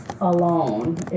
alone